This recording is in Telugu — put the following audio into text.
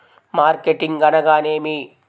మార్కెటింగ్ అనగానేమి?